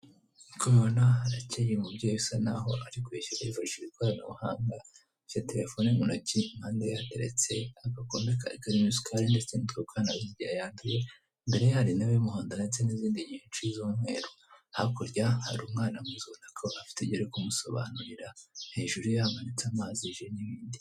Nk'uko ubibona harakeye. Umubyeyi usa nk'aho arikwishyura hifashishijwe ikoranabuhanga, afite telefone mu ntoki. Iruhande hateretse agakombe karimo isukari. Imbere ye hari intebe y'umuhondo ndetse n'izindi nyinshi z'umweru. h Hakurya hari umwana mwiza, ubona ko ari kumusobanurira.